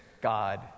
God